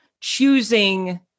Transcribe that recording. choosing